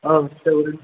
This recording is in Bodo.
औ तितागुरिनि